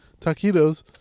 taquitos